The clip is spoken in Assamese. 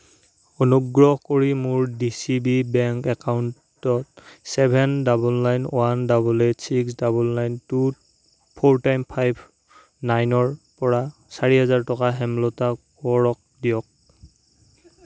অনুগ্ৰহ কৰি মোৰ ডি চি বি বেংক একাউণ্টত seven double nine one double eight six double nine two four time five নাইনৰ পৰা চাৰি হাজাৰ টকা হেমলতা কোঁৱৰক দিয়ক